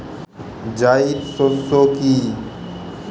জায়িদ শস্য কি?